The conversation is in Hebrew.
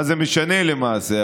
מה זה משנה, למעשה?